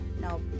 Now